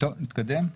נתקדם?